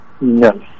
No